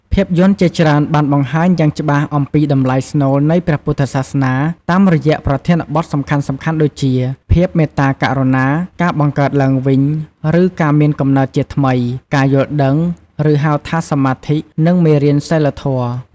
ភាពយន្តជាច្រើនបានបង្ហាញយ៉ាងច្បាស់អំពីតម្លៃស្នូលនៃព្រះពុទ្ធសាសនា តាមរយៈប្រធានបទសំខាន់ៗដូចជា ភាពមេត្តាករុណា ការបង្កើតឡើងវិញ ឬការមានកំណើតជាថ្មី ការយល់ដឹង ឬហៅថាសម្មាធិ និង មេរៀនសីលធម៌។